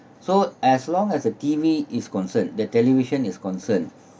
so as long as a T_V is concerned the television is concerned